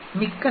மிக்க நன்றி